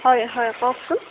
হয় হয় কওকচোন